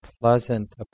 pleasant